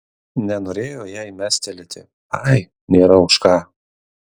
nenorėjo jai mestelėti ai nėra už ką